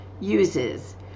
uses